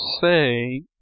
say